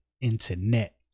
internet